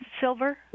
silver